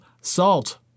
salt